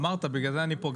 אמרת, בגלל זה אני פה.